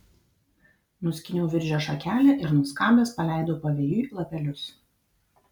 nuskyniau viržio šakelę ir nuskabęs paleidau pavėjui lapelius